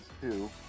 two